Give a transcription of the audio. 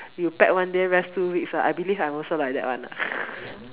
you pack one day rest two weeks ah I believe I'm also like that [one] ah